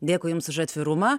dėkui jums už atvirumą